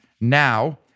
now